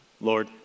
Lord